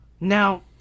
Now